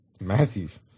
Massive